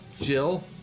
Jill